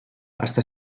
està